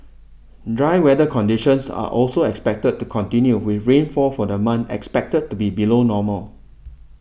dry weather conditions are also expected to continue with rainfall for the month expected to be below normal